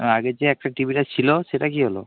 আগের যে একটা টিভিটা ছিলো সেটা কি হলো